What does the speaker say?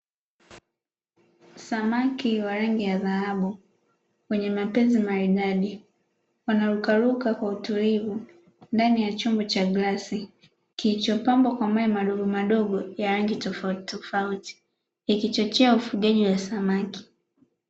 Samaki wa rangi ya dhahabu wenye mapezi maridadi wanarukaruka kwa utulivu ndani ya chombo cha glasi, kilichopambwa kwa mawe madogomadogo ya rangi tofautitofauti ikichochea ufugaji wa samaki.